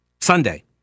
sunday